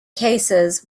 cases